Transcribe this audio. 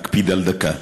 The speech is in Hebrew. אקפיד על דקה.